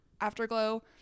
Afterglow